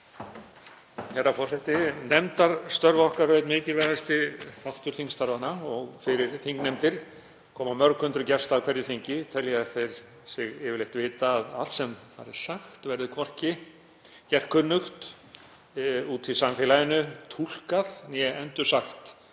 Herra forseti. Nefndastörf okkar eru einn mikilvægasti þáttur þingstarfanna og fyrir þingnefndir koma mörg hundruð gesta á hverju þingi og telja þeir sig yfirleitt vita að allt sem þar er sagt verði hvorki gert kunnugt úti í samfélaginu, túlkað né endursagt